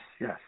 yes